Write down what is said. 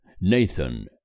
Nathan